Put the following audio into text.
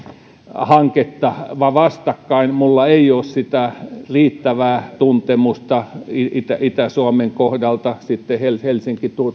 hanketta vastakkain minulla ei ole riittävää tuntemusta itä itä suomen kohdalta sitten helsinki